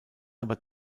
aber